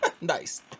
Nice